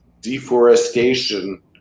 deforestation